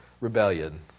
rebellion